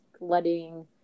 letting